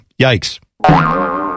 Yikes